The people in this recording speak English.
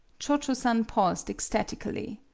cho-cho-san paused ecstatically.